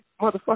motherfucker